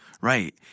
Right